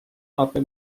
aby